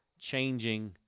changing